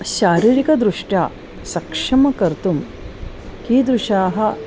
शारीरिकदृष्ट्या सक्षमं कर्तुं कीदृशाः